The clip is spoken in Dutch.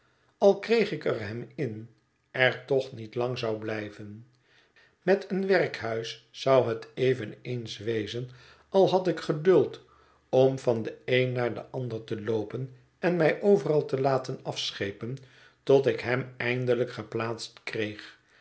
al kreeg ik er hem in er toch niet lang zou blijven met een werkhuis zou het eveneens wezen al had ik geduld om van den een naar den ander te loopen en mij overal te laten afschepen tot ik hem eindelijk geplaatst kreeg